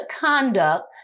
conduct